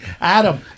Adam